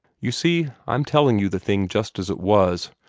you see i'm telling you the thing just as it was.